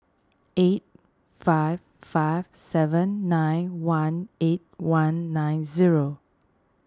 eight five five seven nine one eight one nine zero